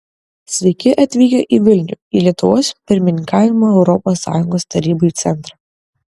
sveiki atvykę į vilnių į lietuvos pirmininkavimo europos sąjungos tarybai centrą